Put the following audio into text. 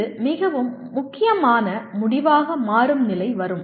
இது மிகவும் முக்கியமான முடிவாக மாறும் நிலை வரும்